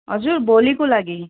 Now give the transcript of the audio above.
हजुर भोलिको लागि